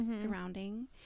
surrounding